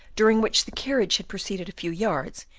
during which the carriage had proceeded a few yards,